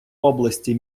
області